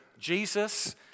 Jesus